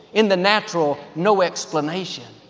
in the natural, no explanation.